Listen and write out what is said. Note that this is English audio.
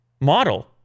model